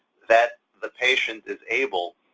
that the patient is able,